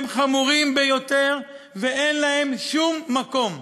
הם חמורים ביותר ואין להם שום מקום.